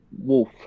Wolf